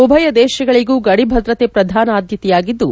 ಉಭಯ ದೇಶಗಳಿಗೂ ಗಡಿಭದ್ರತೆ ಪ್ರಧಾನ ಆದ್ಯತೆಯಾಗಿದ್ದು